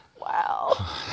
wow